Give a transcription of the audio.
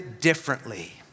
differently